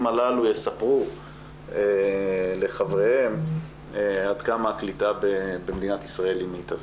הללו יספרו לחבריהם עד כמה הקליטה במדינת ישראל היא מיטבית.